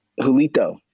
Julito